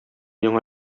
яңа